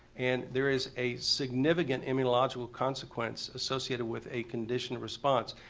and there is a significant immunological consequence associated with a conditioned response.